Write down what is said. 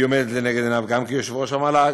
והיא עומדת לנגד עיניו, גם כיושב-ראש המל"ג.